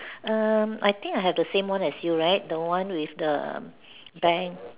um I think I have the same one as you right the one with the um bank